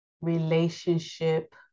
Relationship